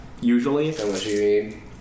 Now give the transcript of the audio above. usually